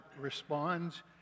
responds